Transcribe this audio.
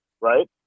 right